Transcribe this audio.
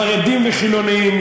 חרדים וחילונים,